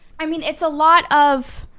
i mean it's a lot of,